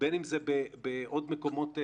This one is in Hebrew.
בין אם זה בעוד מקומות לימוד.